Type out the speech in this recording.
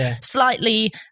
slightly